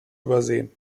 übersehen